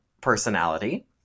personality